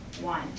one